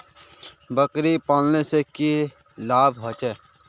बकरी पालने से की की लाभ होचे?